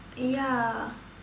ya